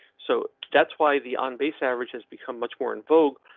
so that's why the on base average has become much more in vogue.